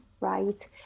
right